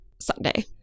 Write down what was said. sunday